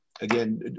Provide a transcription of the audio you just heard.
again